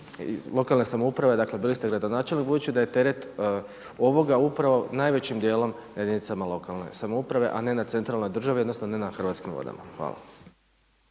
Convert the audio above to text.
lokalne samouprave, dakle bili ste gradonačelnik, budući da je teret ovoga upravo najvećim dijelom na jedinicama lokalne samouprave, a ne na centralnoj državi odnosno ne na Hrvatskim vodama. Hvala.